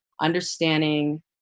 Understanding